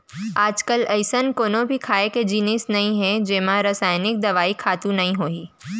आजकाल अइसन कोनो भी खाए के जिनिस नइ हे जेमा रसइनिक दवई, खातू नइ होही